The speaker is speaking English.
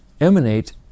emanate